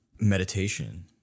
meditation